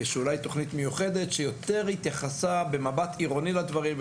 מיוחדת שהתייחסה במבט יותר עירוני לדברים,